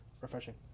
Refreshing